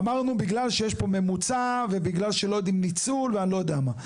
אמרנו בגלל שיש פה ממוצע ובגלל שלא יודעים ניצול ואני לא יודע מה.